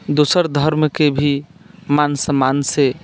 दोसर धर्मके भी मान सम्मानसँ